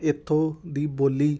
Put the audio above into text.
ਇੱਥੋਂ ਦੀ ਬੋਲੀ